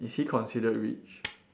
is he considered rich